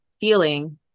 feeling